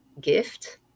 gift